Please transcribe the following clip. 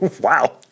wow